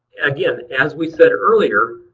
again, as we said earlier,